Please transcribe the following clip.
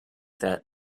that